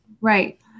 Right